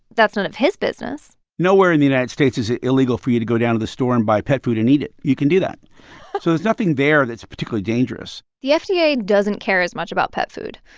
that's none of his business nowhere in the united states is it illegal for you to go down to the store and buy pet food and eat it. you can do that. so there's nothing there that's particularly dangerous the fda yeah doesn't care as much about pet food.